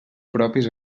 propis